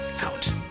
out